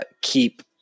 keep